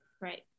right